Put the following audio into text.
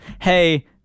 Hey